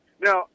Now